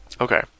Okay